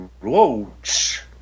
Roach